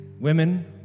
Women